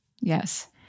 Yes